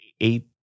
Eight